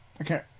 Okay